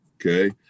Okay